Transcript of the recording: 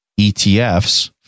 ETFs